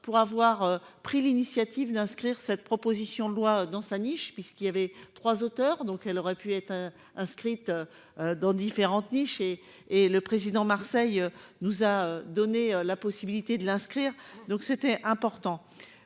pour avoir pris l'initiative d'inscrire cette proposition de loi dans sa niche puisqu'il y avait trois auteurs donc elle aurait pu être inscrite. Dans différentes niches et et le président Marseille nous a donné la possibilité de l'inscrire, donc c'était important.